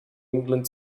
england